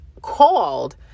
called